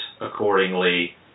accordingly